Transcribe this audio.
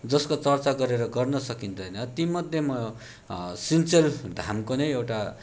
जसको चर्चा गरेर गर्न सकिँदैन तीमध्येमा सिन्चेल धामको नै एउटा